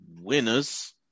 Winners